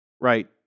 Right